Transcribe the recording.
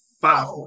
five